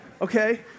okay